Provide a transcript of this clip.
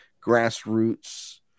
grassroots